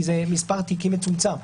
כי זה מספר תיקים מצומצם.